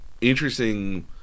interesting